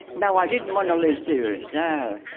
no, i didn't want to leave sirius, no,